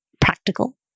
practical